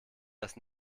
das